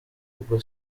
ubwo